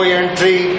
entry